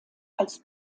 als